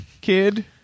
kid